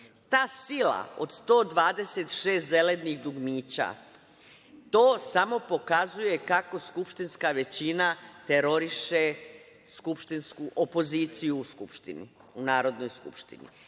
Ta sila, od 126 zelenih dugmića, to samo pokazuje kako skupštinska većina teroriše opoziciju u Narodnoj skupštini.